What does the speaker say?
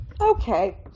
Okay